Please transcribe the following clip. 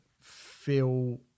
feel